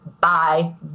Bye